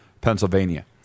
Pennsylvania